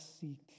seek